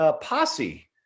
posse